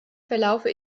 verlaufe